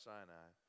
Sinai